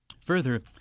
Further